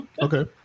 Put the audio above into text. Okay